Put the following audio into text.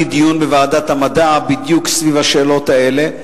דיון בוועדת המדע בדיוק סביב השאלות האלה,